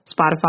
Spotify